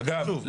אגב,